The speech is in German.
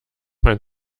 mein